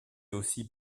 aussi